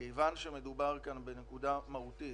כיוון שמדובר כאן בנקודה מהותית,